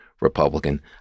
Republican